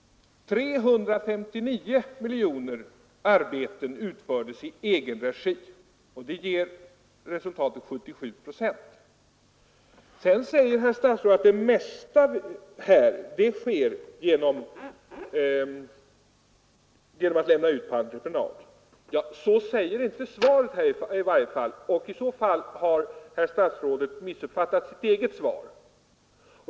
Arbeten har utförts i egen regi för 359 miljoner kronor och det ger resultatet 77 procent. Statsrådet säger att det mesta lämnas ut på entreprenad. Det framgår inte av svaret, i så fall har herr statsrådet missuppfattat sitt eget svar.